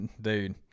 Dude